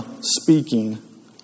speaking